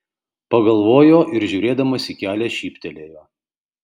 pagalvojo ir žiūrėdamas į kelią šyptelėjo